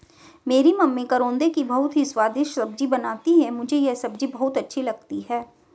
मेरी मम्मी करौंदे की बहुत ही स्वादिष्ट सब्जी बनाती हैं मुझे यह सब्जी बहुत अच्छी लगती है